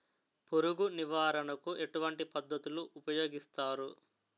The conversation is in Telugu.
పురుగు నివారణ కు ఎటువంటి పద్ధతులు ఊపయోగిస్తారు?